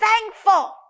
thankful